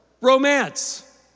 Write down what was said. romance